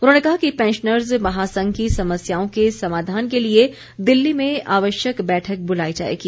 उन्होंने कहा कि पैंशनर्स महासंघ की समस्याओं के समाधान के लिए दिल्ली में आवश्यक बैठक बुलाई जाएगी